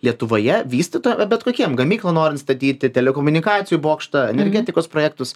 lietuvoje vystyta bet kokių gamyklų norint statyti telekomunikacijų bokštą energetikos projektus